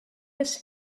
his